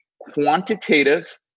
quantitative